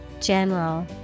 general